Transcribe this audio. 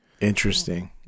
Interesting